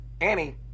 Annie